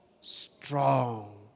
Strong